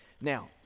Now